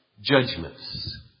judgments